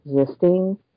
existing